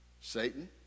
Satan